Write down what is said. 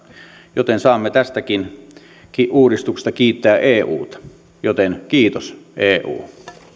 joten saamme tästäkin uudistuksesta kiittää euta joten kiitos eu